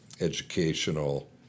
educational